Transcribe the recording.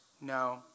No